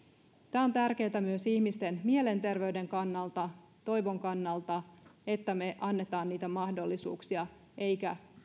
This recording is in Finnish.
tämä on tärkeätä myös ihmisten mielenterveyden kannalta toivon kannalta että me annamme niitä mahdollisuuksia eikä